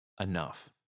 Enough